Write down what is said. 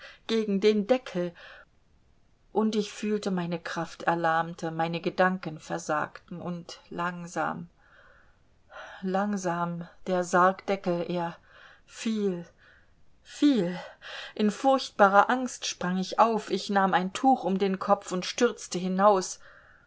gegen den deckel und ich fühlte meine kraft erlahmte meine gedanken versagten und langsam langsam der sargdeckel er fiel fiel in furchtbarer angst sprang ich auf ich nahm ein tuch um den kopf und stürzte hinaus